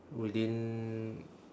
within